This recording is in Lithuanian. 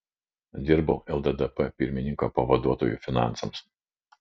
dirbau lddp pirmininko pavaduotoju finansams